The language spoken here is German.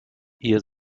ihr